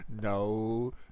No